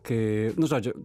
kai nu žodžiu